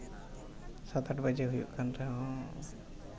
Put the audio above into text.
ᱥᱟᱛ ᱟᱴ ᱵᱟᱡᱮ ᱦᱩᱭᱩᱜ ᱠᱟᱱ ᱨᱮᱦᱚᱸ